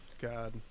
God